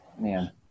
Man